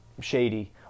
shady